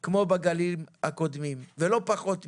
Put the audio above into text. לפחות כמו בגלים הקודמים ולא פחות מזה.